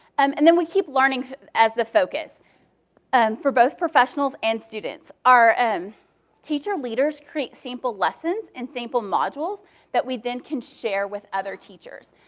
um and then we keep learning as the focus um for both professionals and students. our um teacher leaders create sample lessons and sample modules that we then can share with other teachers.